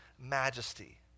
Majesty